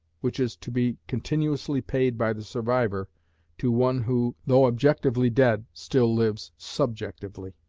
which is to be continuously paid by the survivor to one who, though objectively dead, still lives subjectively.